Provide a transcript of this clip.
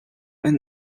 and